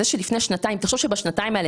תחשוב שבשנתיים האלה,